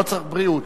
לא צריך בריאות.